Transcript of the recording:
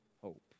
hope